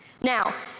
Now